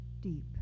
deep